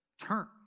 turn